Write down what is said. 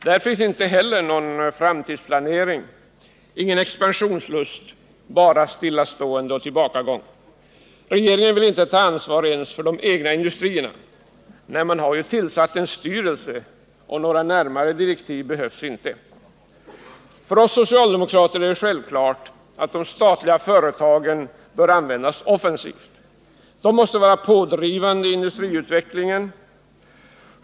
Där finns inte heller någon framtidsplanering eller expansionslust — bara stillastående och tillbakagång. Regeringen vill inte ta ansvar ens för de egna industrierna. Nej, man har ju tillsatt en styrelse, och några närmare direktiv behövs inte. För oss socialdemokrater är det självklart att de statliga företagen bör användas offensivt. De måste vara pådrivande i industriutvecklingen.